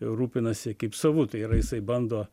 rūpinasi kaip savu tai yra jisai bando